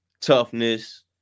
toughness